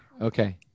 Okay